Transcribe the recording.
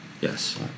Yes